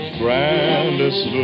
grandest